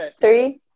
three